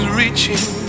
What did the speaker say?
reaching